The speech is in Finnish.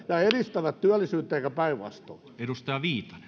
ja ja edistävät työllisyyttä eikä päinvastoin